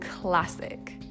classic